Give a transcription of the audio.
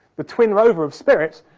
the twin rover of spirit,